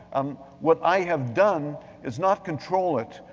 um what i have done is not control it,